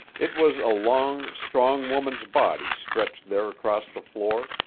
it was a long, strong woman's body stretched there across the floor,